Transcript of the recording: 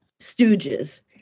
stooges